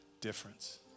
difference